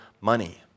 money